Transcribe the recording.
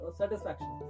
satisfaction